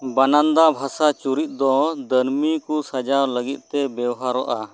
ᱵᱟᱱᱟᱱᱫᱟ ᱵᱷᱟᱥᱟ ᱪᱩᱨᱤᱛ ᱫᱚ ᱫᱟᱹᱱᱢᱤ ᱠᱚ ᱥᱟᱡᱟᱣ ᱞᱟᱹᱜᱤᱫ ᱛᱮ ᱵᱮᱣᱦᱟᱨᱚᱜᱼᱟ